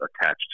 attached